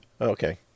Okay